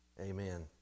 Amen